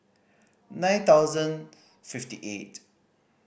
nine thousand fifty eight